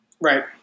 right